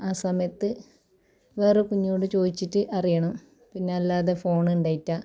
ആ സമയത്ത് വേറെ കുഞ്ഞോട് ചോദിച്ചിട്ട് അറിയണം പിന്നെ അല്ലാതെ ഫോണ് ഉണ്ടായിട്ടാ